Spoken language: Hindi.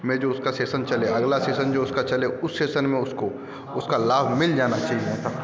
में जो उसका सेशन चले अगला सेशन जो उसका चले उस सेशन में उसको उसका लाभ मिल जाना चाहिए था